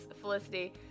Felicity